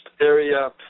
area